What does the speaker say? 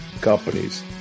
companies